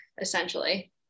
essentially